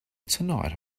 tonight